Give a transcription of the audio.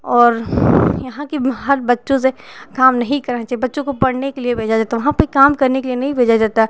और यहाँ कि हर बच्चों से काम नहीं करवाना चाहिए बच्चों को पढ़ने के लिए भेजा जाए तो वहाँ पर काम करने के लिए नहीं भेजा जाता